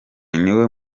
niwe